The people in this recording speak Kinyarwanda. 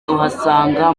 tuhasanga